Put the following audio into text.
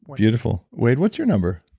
beautiful. wade, what's your number?